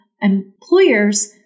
employers